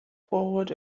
forward